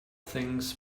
things